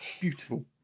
beautiful